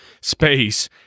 space